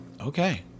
okay